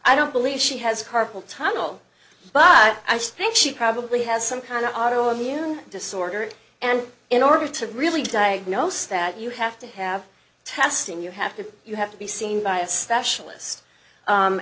i don't believe she has carpal tunnel but i just think she probably has some kind of auto immune disorder and in order to really diagnose that you have to have testing you have to you have to be seen by a specialist